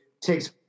takes